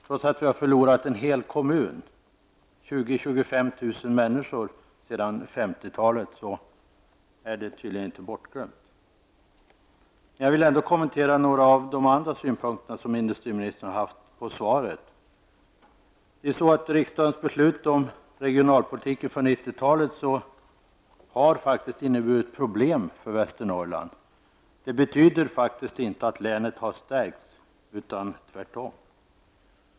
Trots att vi sedan 50-talet har förlorat en hel kommun, 20 000--25 000 människor, är länet tydligen inte bortglömt. Jag vill också kommentera några av de andra synpunkter som industriministern har givit i sitt svar. Riksdagens beslut om regionalpolitiken för 90-talet har faktiskt inneburit problem för Västernorrland. Det betyder faktiskt inte att länet har stärkts, utan tvärtom.